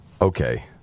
Okay